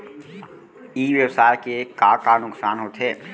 ई व्यवसाय के का का नुक़सान होथे?